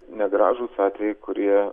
negražūs atvejai kurie